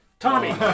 Tommy